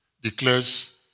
declares